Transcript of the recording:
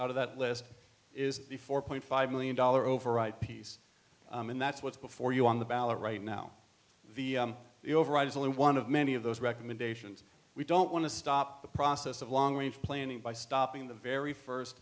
out of that list is the four point five million dollar overwrite piece and that's what's before you on the ballot right now the the override is only one of many of those recommendations we don't want to stop the process of long range planning by stopping the very